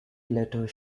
letter